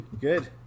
Good